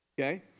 Okay